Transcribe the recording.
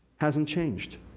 hasn't changed,